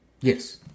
Yes